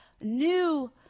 new